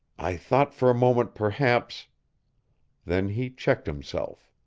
i thought for a moment perhaps then he checked himself.